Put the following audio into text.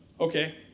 okay